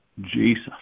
Jesus